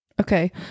Okay